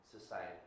society